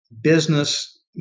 business